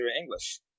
English